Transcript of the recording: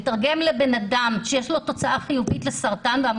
לתרגם לבן אדם שיש לו תוצאה חיובית לסרטן זה מאוד קשה.